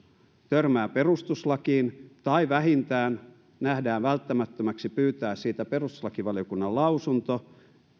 törmää perustuslakiin tai vähintään nähdään välttämättömäksi pyytää siitä perustuslakivaliokunnan lausunto